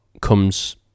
comes